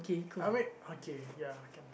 I wait okay ya